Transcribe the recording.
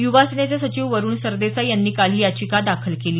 युवा सेनेचे सचिव वरुण सरदेसाई यांनी काल ही याचिका दाखल केली